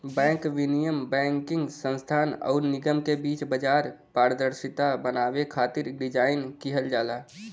bank विनियम banking संस्थान आउर निगम के बीच बाजार पारदर्शिता बनावे खातिर डिज़ाइन किहल जाला